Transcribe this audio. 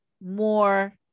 more